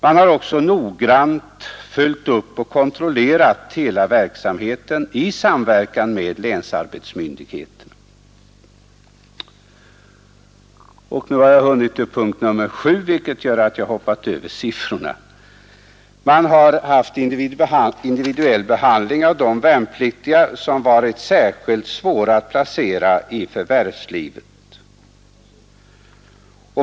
Man har också noggrant följt upp och kontrollerat hela verksamheten i samverkan med länsarbetsmyndigheten. 7. Man har haft individuell behandling av de värnpliktiga, som varit särskilt svåra att placera i förvärvslivet.